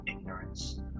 ignorance